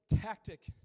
tactic